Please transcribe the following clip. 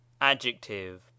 adjective